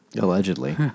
Allegedly